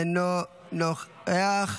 אינו נוכח.